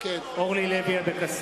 (קורא בשמות חברי הכנסת) אורלי לוי אבקסיס,